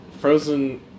frozen